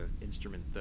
instrument